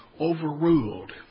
overruled